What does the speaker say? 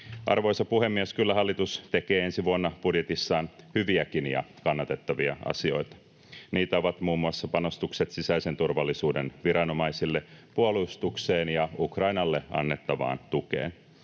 Arvoisa puhemies! Kyllä hallitus tekee ensi vuonna budjetissaan hyviäkin ja kannatettaviakin asioita. Niitä ovat muun muassa panostukset sisäisen turvallisuuden viranomaisille, puolustukseen ja Ukrainalle annettavaan tukeen.